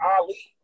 Ali